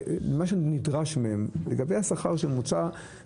נשמע את נציגת משרד האוצר.